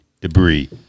debris